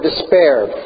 despair